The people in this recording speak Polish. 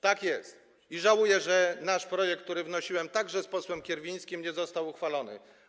Tak jest i żałuję, że nasz projekt, który wnosiłem także z posłem Kierwińskim, nie został uchwalony.